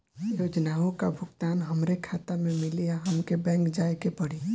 योजनाओ का भुगतान हमरे खाता में मिली या हमके बैंक जाये के पड़ी?